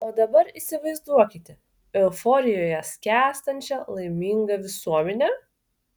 o dabar įsivaizduokite euforijoje skęstančią laimingą visuomenę